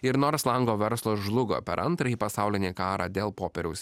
ir nors lango verslas žlugo per antrąjį pasaulinį karą dėl popieriaus